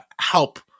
help